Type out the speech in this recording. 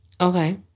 Okay